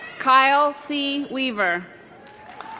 kyle c. weaver